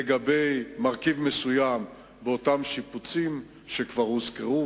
לגבי מרכיב מסוים באותם שיפוצים שכבר הוזכרו,